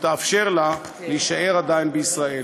שתאפשר לה להישאר עדיין בישראל".